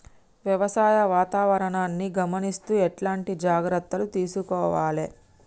వ్యవసాయ వాతావరణాన్ని గమనిస్తూ ఎట్లాంటి జాగ్రత్తలు తీసుకోవాలే?